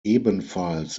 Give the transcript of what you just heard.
ebenfalls